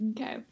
Okay